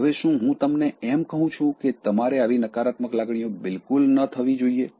હવેશું હું તમને એમ કહું છું કે તમારામાં આવી નકારાત્મક લાગણીઓ બિલકુલ ન હોવી જોઈએ